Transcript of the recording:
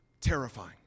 terrifying